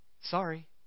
Sorry